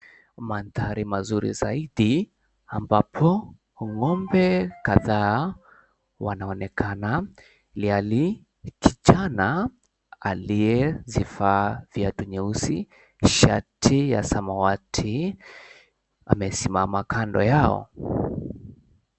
Mandhari mazuri zaidi ambapo ng'ombe kadhaa wanaonekana, ilhali kijana aliyezivaa viatu nyeusi, shati ya samawati, amesimama kando yao.